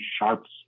sharps